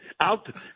Out